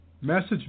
message